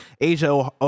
Asia